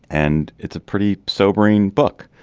and it's a pretty sobering book.